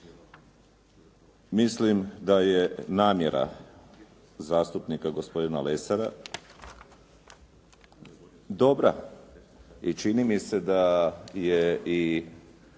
Mislim da je namjera zastupnika gospodina Lesara dobra i čini mi se da je i